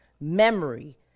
memory